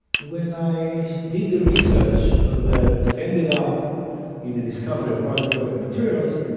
when i did the research that ended up in the discovery of quasiperiodic materials,